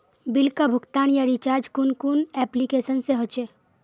Bill का भुगतान या रिचार्ज कुन कुन एप्लिकेशन से होचे?